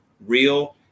real